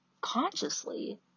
consciously